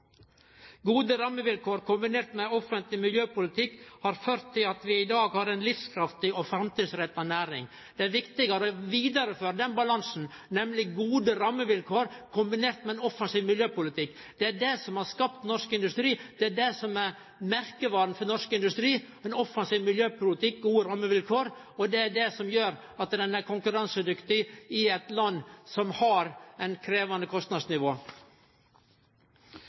Gode rammevilkår kombinert med ein offensiv miljøpolitikk har ført til at vi i dag har ei livskraftig og framtidsretta næring. Det er viktig å vidareføre den balansen. Det er det som har skapt norsk industri, det er det som er merkevara for norsk industri – ein offensiv miljøpolitikk og gode rammevilkår – og det er det som gjer at han er konkurransedyktig i eit land med eit krevjande kostnadsnivå.